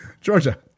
Georgia